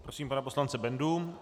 Prosím pana poslance Bendu.